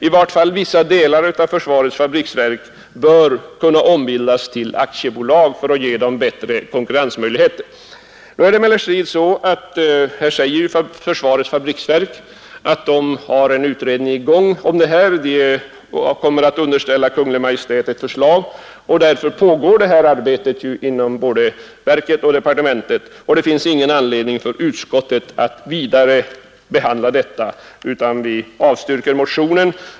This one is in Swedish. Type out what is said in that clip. I varje fall vissa delar av fabriksverken bör kunna ombildas till aktiebolag för att verket skall få bättre konkurrensmöjligheter. Emellertid säger fabriksverken att man har en utredning i gång om denna fråga och man kommer att tillställa Kungl. Maj:t ett förslag. Utredningsarbete pågår sålunda både inom verket och departementet. Det finns därför ingen anledning för utskottet att vidare behandla detta ärende utan vi avstyrker motionen.